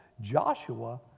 Joshua